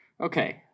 Okay